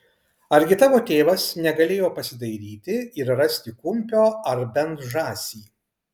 argi tavo tėvas negalėjo pasidairyti ir rasti kumpio ar bent žąsį